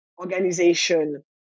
organization